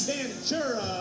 Ventura